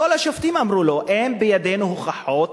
כל השופטים אמרו לו: אין בידינו הוכחות,